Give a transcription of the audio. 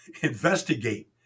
investigate